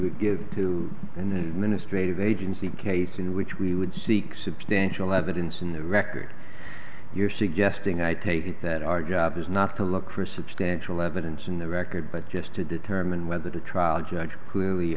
would give to and then a straight of agency case in which we would seek substantial evidence in the record you're suggesting i take it that our job is not to look for substantial evidence in the record but just to determine whether the trial judge clearly